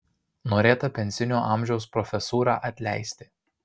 norėta pensinio amžiaus profesūrą atleisti